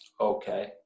Okay